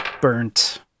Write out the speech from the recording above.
burnt